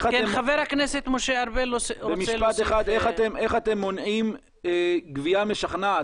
איך אתם מונעים "גבייה משכנעת",